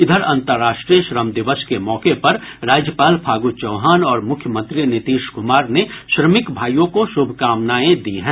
इधर अंतर्राष्ट्रीय श्रम दिवस के मौके पर राज्यपाल फागू चौहान और मुख्यमंत्री नीतीश कुमार ने श्रमिक भाइयों को शुभकामनाएं दी हैं